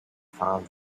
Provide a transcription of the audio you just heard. found